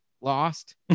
lost